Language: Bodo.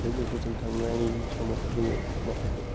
लोगोफोरजों थांनाय समाव जोङो माखासे